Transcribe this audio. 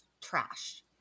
trash